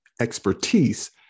expertise